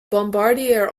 bombardier